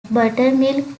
buttermilk